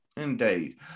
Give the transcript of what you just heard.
Indeed